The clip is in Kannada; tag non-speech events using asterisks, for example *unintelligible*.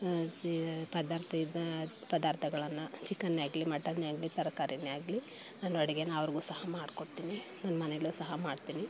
*unintelligible* ಪದಾರ್ಥ ಇದ್ದ ಪದಾರ್ಥಗಳನ್ನು ಚಿಕನ್ನೇ ಆಗಲಿ ಮಟನ್ನೇ ಆಗಲಿ ತರಕಾರಿಯೇ ಆಗಲಿ ನಾನು ಅಡುಗೆನ ಅವ್ರಿಗೂ ಸಹ ಮಾಡ್ಕೊಳ್ತೀನಿ ನಮ್ಮನೆಯಲ್ಲೂ ಸಹ ಮಾಡ್ತೀನಿ